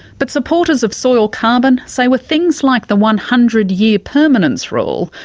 but supporters of soil carbon say with things like the one hundred year permanence rule,